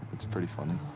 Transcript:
it's pretty funny.